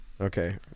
Okay